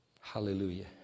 Hallelujah